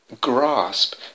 grasp